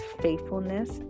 faithfulness